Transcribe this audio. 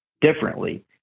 differently